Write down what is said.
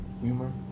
humor